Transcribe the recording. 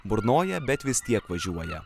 burnoja bet vis tiek važiuoja